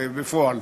בפועל,